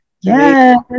Yes